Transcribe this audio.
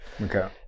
okay